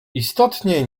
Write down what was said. istotnie